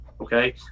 okay